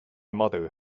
mother